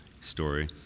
story